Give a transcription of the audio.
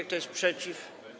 Kto jest przeciw?